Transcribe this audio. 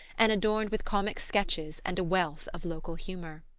and adorned with comic-sketches and a wealth of local humour.